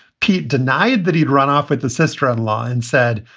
pete denied that he'd run off with the sister in law and said,